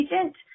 agent